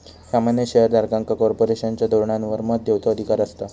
सामान्य शेयर धारकांका कॉर्पोरेशनच्या धोरणांवर मत देवचो अधिकार असता